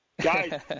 guys